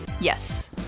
Yes